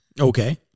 Okay